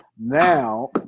Now